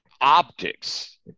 Optics